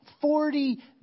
Forty